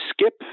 skip